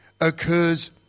occurs